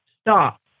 Stop